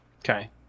Okay